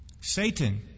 Satan